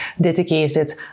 dedicated